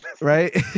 Right